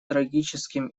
трагическим